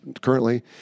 currently